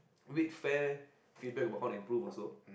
with fair feedbacked about how to improve also